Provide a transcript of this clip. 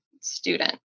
student